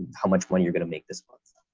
how much money you're going to make this month.